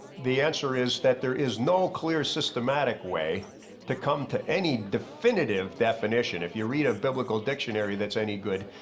the answer is that there is no clear systematic way to come to any definitive definition. if you read a biblical dictionary that's any good,